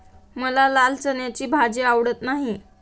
मला लाल चण्याची भाजी आवडत नाही